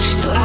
no